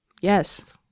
Yes